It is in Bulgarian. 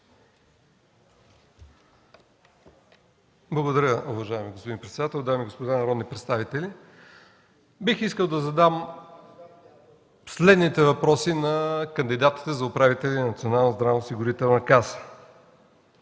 Благодаря, уважаеми господин председател. Дами и господа народни представители! Бих иска да задам следните въпроси на кандидатите за управители на